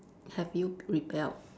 have you rebelled